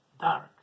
dark